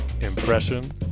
Impression